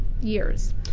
years